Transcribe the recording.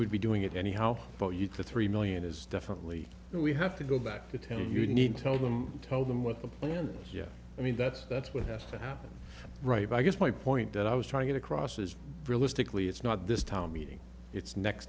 would be doing it anyhow for you to three million is definitely we have to go back to tell you you need to tell them tell them what the plan is yes i mean that's that's what has to happen right i guess my point that i was trying to get across is realistically it's not this town meeting its next